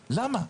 למה?